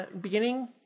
beginning